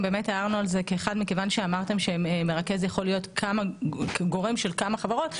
כיוון שאמרתם שמרכז יכול להיות גורם של כמה חברות,